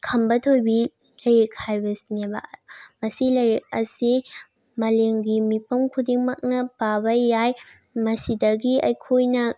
ꯈꯝꯕ ꯊꯣꯏꯕꯤ ꯂꯥꯏꯔꯤꯛ ꯍꯥꯏꯕꯁꯤꯅꯦꯕ ꯃꯁꯤ ꯂꯥꯏꯔꯤꯛ ꯑꯁꯤ ꯃꯥꯂꯦꯝꯒꯤ ꯃꯤꯄꯨꯝ ꯈꯨꯗꯤꯡꯃꯛꯅ ꯄꯥꯕ ꯌꯥꯏ ꯃꯁꯤꯗꯒꯤ ꯑꯩꯈꯣꯏꯅ